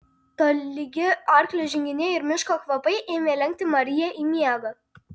tolygi arklio žinginė ir miško kvapai ėmė lenkti mariją į miegą